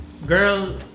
Girl